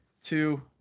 two